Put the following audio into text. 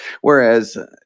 Whereas